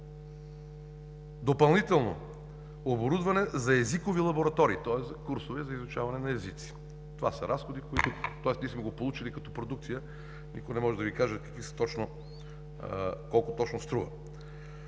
допълнително оборудване за езикови лаборатории – тоест за курсове за изучаване на езици. Това са разходи, тоест ние сме го получили като продукция и никой не може да Ви каже колко точно струва.